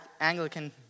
Anglican